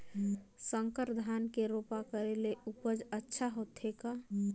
संकर धान के रोपा करे ले उपज अच्छा होथे का?